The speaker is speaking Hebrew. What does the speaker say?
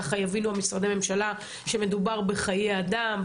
ככה יבינו משרדי הממשלה שמדובר בחיי אדם,